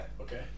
Okay